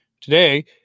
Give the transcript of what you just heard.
today